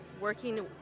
working